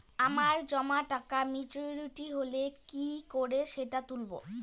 আমার জমা টাকা মেচুউরিটি হলে কি করে সেটা তুলব?